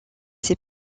ces